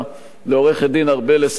לעורכת-הדין ארבל אסטרחן,